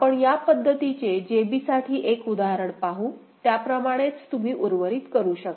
आपण यापद्धतीचे JB साठी एक उदाहरण पाहू आणि त्याप्रमाणेच तुम्ही उर्वरित करू शकता